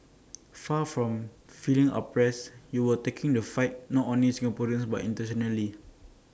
far from feeling oppressed you were taking the fight not only Singaporeans but